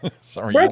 Sorry